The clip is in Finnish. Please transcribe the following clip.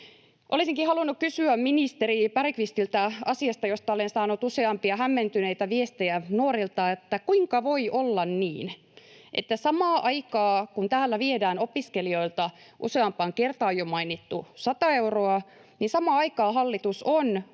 Olisinkin halunnut kysyä ministeri Bergqvistiltä asiasta, josta olen saanut useampia hämmentyneitä viestejä nuorilta: kuinka voi olla niin, että samaan aikaan kun täällä viedään opiskelijoilta jo useampaan kertaan mainittu 100 euroa, samaan aikaan hallitus on